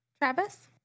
Travis